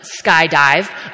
skydive